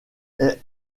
est